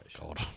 God